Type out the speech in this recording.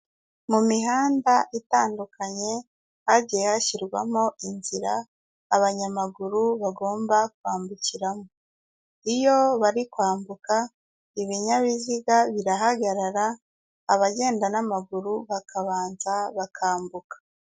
Mu mihanda itandukanye hagiye hashyirwamo inzira abanyamaguru bagomba kwambukiramo. Iyo bari kwambuka ibinyabiziga birahagarara, abagenda n'amaguru bakabanza bakambuka.